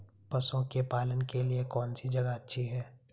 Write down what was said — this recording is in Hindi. पशुओं के पालन के लिए कौनसी जगह अच्छी है?